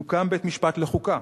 יוקם בית-משפט לחוקה,